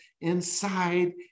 Inside